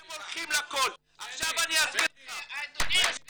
והם הולכים --- בני, בני --- אדוני היושב ראש,